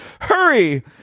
Hurry